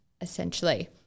essentially